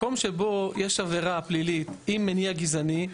מקום שבו יש עבירה פלילית עם מניע גזעני,